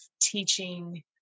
teaching